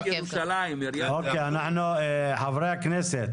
חברי הכנסת,